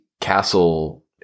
castle